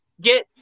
Get